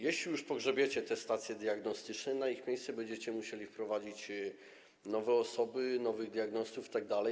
Jeśli już pogrzebiecie te stacje diagnostyczne, na ich miejsce będziecie musieli wprowadzić nowe osoby, nowych diagnostów itd.